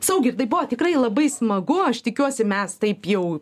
saugirdai buvo tikrai labai smagu aš tikiuosi mes taip jau